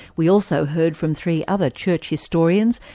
we also heard from three other church historians,